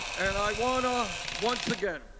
and i want to, once again,